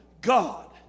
God